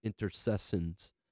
intercessions